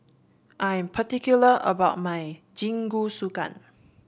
I am particular about my Jingisukan